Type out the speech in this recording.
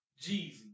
Jeezy